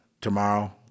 tomorrow